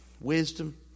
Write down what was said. wisdom